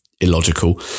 illogical